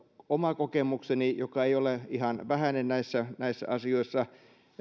oman kokemukseni mukaan joka ei ole ihan vähäinen näissä näissä asioissa